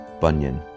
Bunyan